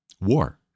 war